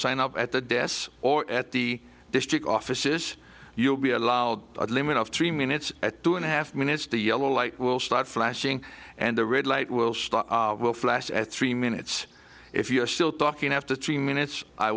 sign up at the desks or at the district offices you'll be allowed a limit of three minutes at two and a half minutes the yellow light will start flashing and the red light will stop will flash at three minutes if you are still talking after three minutes i